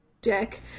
Jack